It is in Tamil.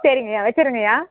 சரிங்கய்யா வைச்சிர்றேங்கய்யா